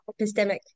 epistemic